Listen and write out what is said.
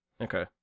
okay